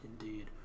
indeed